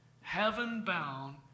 heaven-bound